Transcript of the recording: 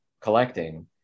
collecting